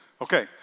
Okay